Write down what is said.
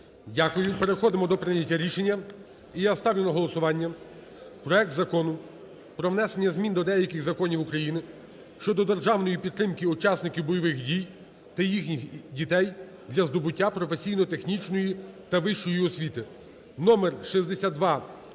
Дякую. Переходимо до прийняття рішення. І я ставлю на голосування проект Закону про внесення змін до деяких законів України щодо державної підтримки учасників бойових дій та їхніх дітей для здобуття професійно-технічної та вищої освіти (№ 6298)